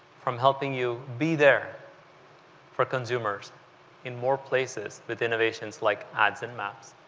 from helping you be there for consumers in more places with innovations like ads and maps,